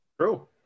True